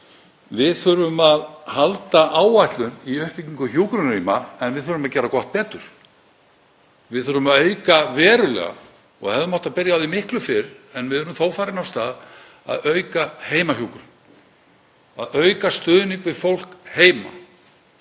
Við þurfum að halda áætlun í uppbyggingu hjúkrunarrýma en við þurfum að gera gott betur. Við þurfum að auka verulega og hefðum átt að byrja á því miklu fyrr en við erum þó farin af stað í að auka heimahjúkrun, að auka stuðning við fólk heima